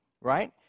Right